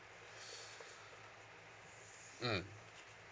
mm